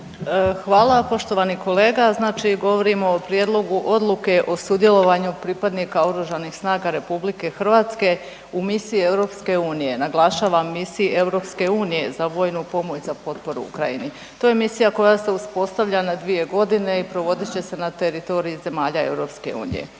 Hvala poštovani kolega. Znači govorimo o Prijedlogu Odluke o sudjelovanju pripadnika OSRH u misiji EU. Naglašavam misiji EU za vojnu pomoć za potporu Ukrajini. To je misija koja se uspostavlja na 2 godine i provodit će se na teritoriji zemalja EU.